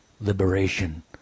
liberation